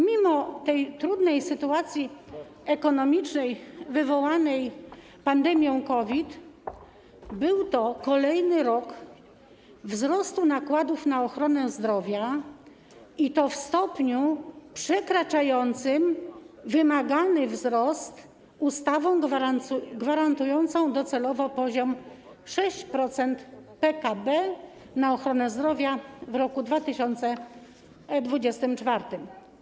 Mimo trudnej sytuacji ekonomicznej wywołanej pandemią COVID był to kolejny rok wzrostu nakładów na ochronę zdrowia, i to w stopniu przekraczającym wzrost wymagany przez ustawę gwarantującą docelowo poziom 6% PKB na ochronę zdrowia w roku 2024.